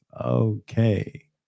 Okay